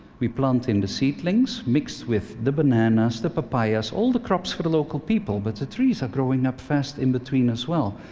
we plant in the seedlings mixed with the bananas, the papayas, all the crops for the local people, but the trees are growing up fast in between as well.